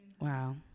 wow